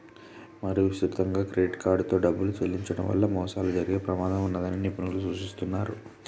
మరీ విస్తృతంగా క్రెడిట్ కార్డుతో డబ్బులు చెల్లించడం వల్ల మోసాలు జరిగే ప్రమాదం ఉన్నదని నిపుణులు సూచిస్తున్నరు